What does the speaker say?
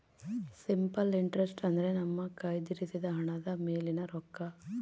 simple interest ಅಂದ್ರೆ ನಮ್ಮ ಕಯ್ದಿರಿಸಿದ ಹಣದ ಮೇಲಿನ ರೊಕ್ಕ